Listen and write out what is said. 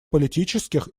политических